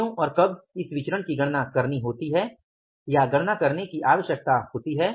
क्यों और कब इस विचरण की गणना करनी होती है या गणना करने की आवश्यकता होती है